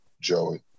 Joey